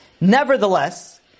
Nevertheless